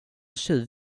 tjuv